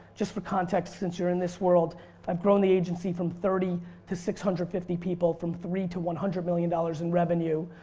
just for context since you're in this world i've grown the agency from thirty to six hundred and fifty people from three to one hundred million dollars in revenue.